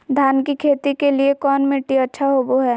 धान की खेती के लिए कौन मिट्टी अच्छा होबो है?